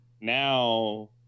now